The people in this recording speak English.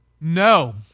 No